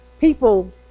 people